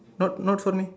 not not for me